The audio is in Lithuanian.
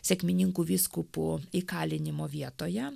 sekmininkų vyskupu įkalinimo vietoje